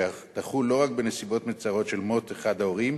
שתחול לא רק בנסיבות מצערות של מות אחד ההורים,